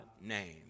name